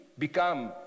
become